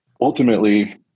Ultimately